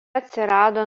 atsirado